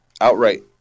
outright